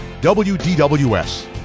WDWS